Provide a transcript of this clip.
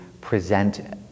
present